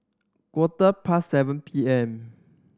quarter past seven P M